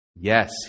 Yes